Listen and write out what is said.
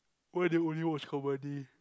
why they only watch comedy